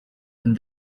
and